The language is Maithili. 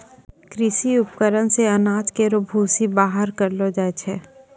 कृषि उपकरण से अनाज केरो भूसी बाहर करलो जाय छै